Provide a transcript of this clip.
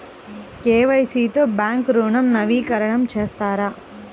KYC తో bank ఋణం నవీకరణ చేస్తారా?